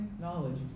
knowledge